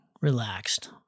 relaxed